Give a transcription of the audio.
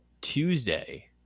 Tuesday